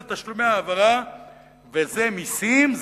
זה תשלומי העברה וזה מסים,